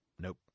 Nope